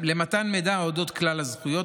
למתן מידע על כלל הזכויות,